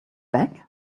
back